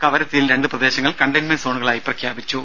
കവരത്തിയിൽ രണ്ട് പ്രദേശങ്ങൾ കണ്ടെയ്ൻമെന്റ് സോണുകളായി പ്രഖ്യാപിച്ചു